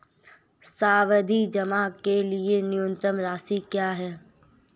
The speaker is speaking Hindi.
सावधि जमा के लिए न्यूनतम राशि क्या है?